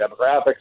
demographics